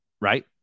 right